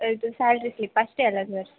ಇದು salary slip ಅಷ್ಟೇ ಅಲ್ವ ಸರ್